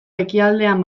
ekialdean